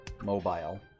mobile